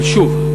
שוב,